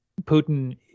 Putin